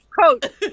coach